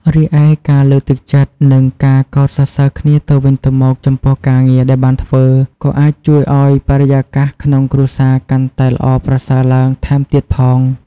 រីឯ ការលើកទឹកចិត្ត និងការកោតសរសើរគ្នាទៅវិញទៅមកចំពោះការងារដែលបានធ្វើ ក៏អាចជួយឲ្យបរិយាកាសក្នុងគ្រួសារកាន់តែល្អប្រសើរឡើងថែមទៀតផង។